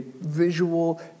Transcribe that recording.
visual